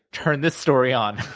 turn this story on